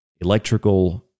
Electrical